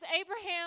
Abraham